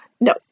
No